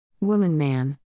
Woman-man